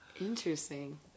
Interesting